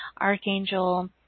Archangel